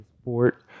sport